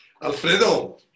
Alfredo